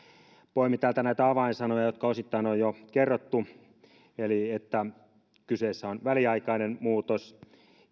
poimin täältä näitä avainsanoja jotka osittain on jo kerrottu eli kyseessä on väliaikainen muutos